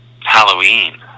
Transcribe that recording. Halloween